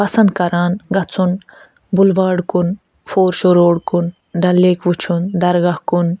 پَسنٛد کران گژھُن بُلواڈ کُن فورشور روڈ کُن ڈَل لیک وٕچھُن درگاہ کُن